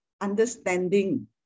understanding